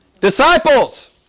disciples